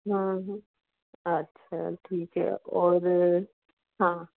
नहीं अच्छा ठीक है और हाँ